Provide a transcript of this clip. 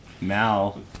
Mal